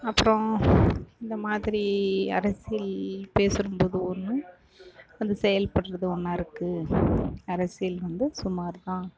அப்புறம் இந்தமாதிரி அரசியல் பேசும் போது ஒன்று வந்து செயல்படுறது ஒன்றா இருக்குது அரசியல் வந்து சுமார் தான்